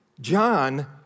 John